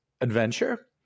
adventure